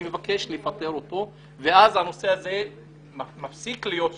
אני מבקש לפטר אותו ואז הנושא הזה מפסיק להיות פוליטי.